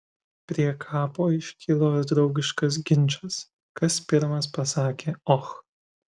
prie kapo iškilo ir draugiškas ginčas kas pirmas pasakė och